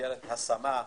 במסגרת השמה,